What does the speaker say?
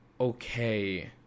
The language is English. okay